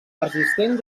persistent